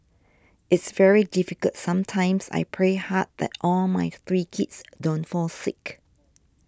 it's very difficult sometimes I pray hard that all my three kids don't fall sick